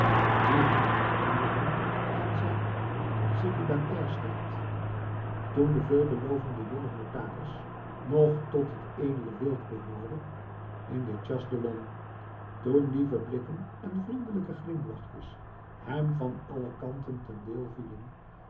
die hem herinnerden aan zijn celibatairstijd toen de veelbelovende jonge notaris nog tot het edele wild behoorde in de chasse a l'homme toen lieve blikken en vriendelijke glimlachjes hem van alle kanten ten deel vielen